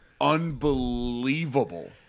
unbelievable